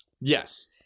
Yes